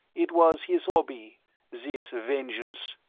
it was his hobby, this vengeance.